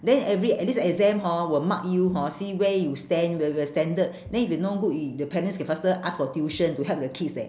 then every at least exam hor will mark you hor see where you stand where the standard then if you no good y~ the parents can faster ask for tuition to help the kids leh